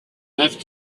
have